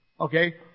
Okay